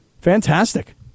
fantastic